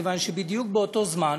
מכיוון שבדיוק באותו זמן